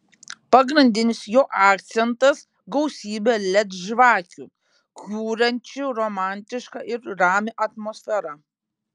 pagrindinis jo akcentas gausybė led žvakių kuriančių romantišką ir ramią atmosferą